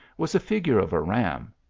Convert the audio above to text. was a figure of a ram,